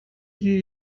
sie